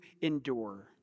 endure